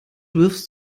wirfst